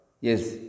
Yes